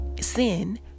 sin